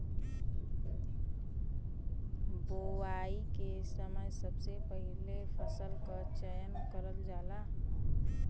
बोवाई के समय सबसे पहिले फसल क चयन करल जाला